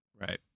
right